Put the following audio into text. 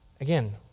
Again